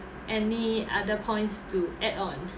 any other points to add on